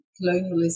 colonialism